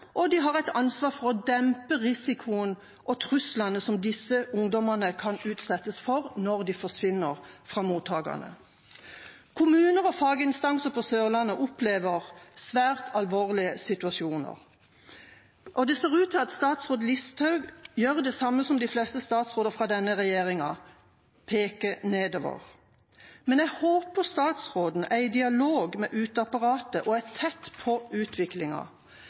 og de har et ansvar for å dempe risikoen og truslene som disse ungdommene kan utsettes for når de forsvinner fra mottakene. Kommuner og faginstanser på Sørlandet opplever svært alvorlige situasjoner, og det ser ut til at statsråd Listhaug gjør det samme som de fleste statsråder fra denne regjeringa: peker nedover. Men jeg håper statsråden er i dialog med uteapparatet og er tett på